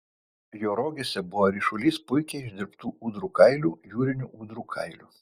jo rogėse buvo ryšulys puikiai išdirbtų ūdrų kailių jūrinių ūdrų kailių